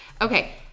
Okay